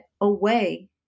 away